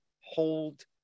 hold